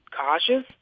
cautious